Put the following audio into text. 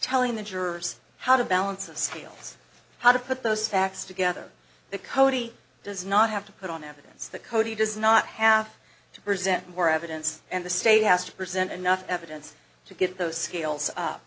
telling the jurors how to balance the scales how to put those facts together the cody does not have to put on evidence that cody does not have to present more evidence and the state has to present enough evidence to get those scales up